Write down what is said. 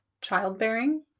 childbearing